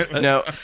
No